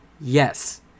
Yes